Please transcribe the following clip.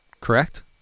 Correct